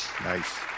Nice